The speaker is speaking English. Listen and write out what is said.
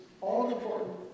all-important